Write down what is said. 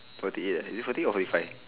forty eight ah is it forty or forty five